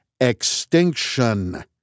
extinction